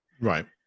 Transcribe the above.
Right